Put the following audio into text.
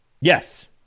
Yes